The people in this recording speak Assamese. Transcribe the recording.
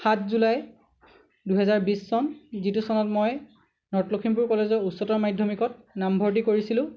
সাত জুলাই দুহেজাৰ বিশ চন যিটো চনত মই নৰ্থ লখিমপুৰ কলেজৰ উচ্চতৰ মাধ্যমিকত নামভৰ্তি কৰিছিলোঁ